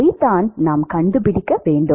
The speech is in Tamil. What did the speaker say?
அதைத்தான் நாம் கண்டுபிடிக்க வேண்டும்